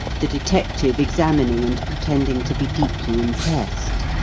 the detective examining and pretending to be deeply impressed.